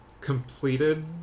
completed